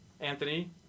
Anthony